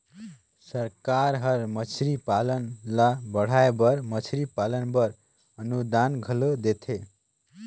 सरकार हर मछरी पालन ल बढ़ाए बर मछरी पालन बर अनुदान घलो देथे